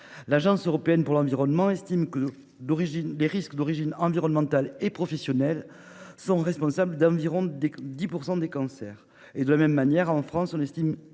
L'Agence européenne pour l'environnement estime que les risques d'origine environnementale ou professionnelle sont responsables d'environ 10 % des cancers. De la même manière, en France, on estime